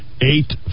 eight